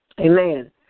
Amen